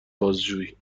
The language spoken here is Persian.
بازجویی